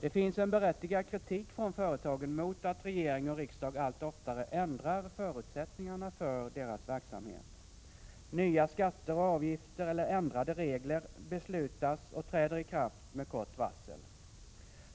Det finns en berättigad kritik från företagen mot att regering och riksdag allt oftare ändrar förutsättningarna för verksamheten. Nya skatter och avgifter eller ändrade regler beslutas och träder i kraft med kort varsel.